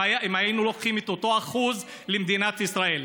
אם היינו לוקחים את אותו אחוז למדינת ישראל.